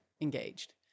engaged